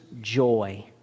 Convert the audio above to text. joy